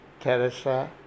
Teresa